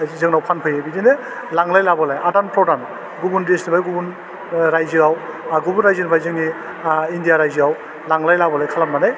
जोंनाव फानफैयो बिदिनो लांलाइ लाबोलाइ आदान प्रदान गुबुन देसनिफाइ गुबुन ओह रायजोआव आर गुबुन रायजोनिफाइ जोंनि आह इन्डिया रायजोआव लांलाइ लाबोलाइ खालामनानै